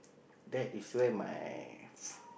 that is where my